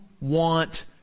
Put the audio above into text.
want